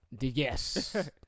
Yes